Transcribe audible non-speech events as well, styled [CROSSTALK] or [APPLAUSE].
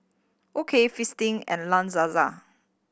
O K Fristine and La [UNINTELLIGIBLE]